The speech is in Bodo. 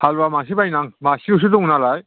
हालुवा मासे बायनो आं मासेल'सो दं नालाय